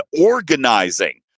organizing